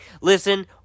listen